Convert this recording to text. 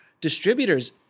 distributors